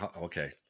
Okay